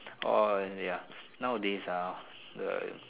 orh ya nowadays ah the